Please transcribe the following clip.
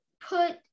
put